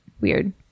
weird